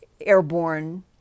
airborne